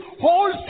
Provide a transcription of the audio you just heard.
whole